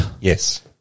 Yes